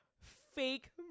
fake